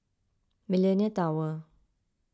Millenia Tower